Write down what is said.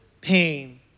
pain